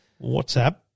WhatsApp